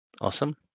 awesome